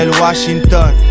Washington